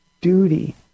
duty